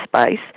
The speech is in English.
space